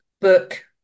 book